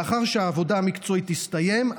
לאחר שהעבודה המקצועית תסתיים,